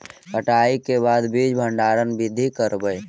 कटाई के बाद बीज भंडारन बीधी करबय?